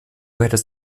hättest